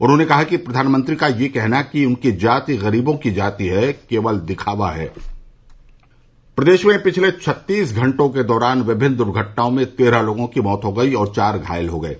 उन्होंने कहा कि प्रधानमंत्री का यह कहना कि उनकी जाति गरीबों की जाति है केवल दिखावा है प्रदेश में पिछले छत्तीस घंटों के दौरान विभिन्न दुर्घटनाओं में तेरह लोगों की मौत हो गई और चार घायल हो गये